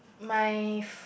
my